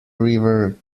river